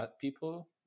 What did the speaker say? people